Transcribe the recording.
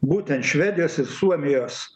būtent švedijos ir suomijos